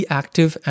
active